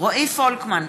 רועי פולקמן,